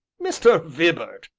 mr. vibart!